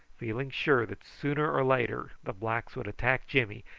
feeling sure that sooner or later the blacks would attack jimmy,